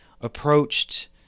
approached